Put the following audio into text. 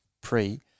pre